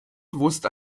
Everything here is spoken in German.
bewusst